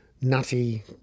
nutty